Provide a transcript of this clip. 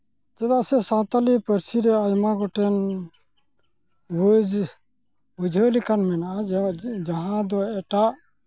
ᱪᱮᱫᱟᱜ ᱥᱮ ᱥᱟᱱᱛᱟᱲᱤ ᱯᱟᱹᱨᱥᱤ ᱨᱮ ᱟᱭᱢᱟ ᱜᱚᱴᱮᱱ ᱢᱚᱡᱽ ᱵᱩᱡᱷᱟᱹᱣ ᱞᱮᱠᱟᱱ ᱢᱮᱱᱟᱜᱼᱟ ᱡᱟᱦᱟᱸ ᱡᱟᱦᱟᱸ ᱫᱚ ᱮᱴᱟᱜ